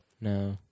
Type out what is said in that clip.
No